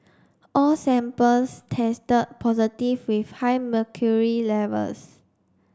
all samples tested positive with high mercury levels